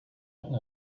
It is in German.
hatten